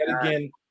again